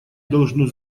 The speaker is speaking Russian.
должно